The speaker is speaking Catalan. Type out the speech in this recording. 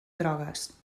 drogues